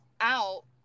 out